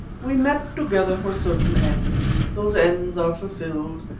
we met together for certain ends. those ends are fulfilled.